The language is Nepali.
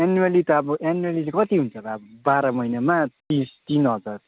एनुवेली त अब एनुवेली कति हुन्छ बाह्र महिनामा तिस तिन हजार